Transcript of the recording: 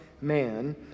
man